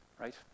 Right